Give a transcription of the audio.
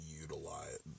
utilize